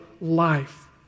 life